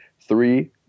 three